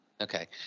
Okay